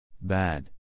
Bad